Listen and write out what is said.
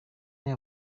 niba